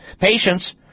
patients